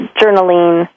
journaling